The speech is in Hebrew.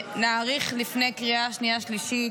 נאריך לפני הקריאה השנייה והשלישית.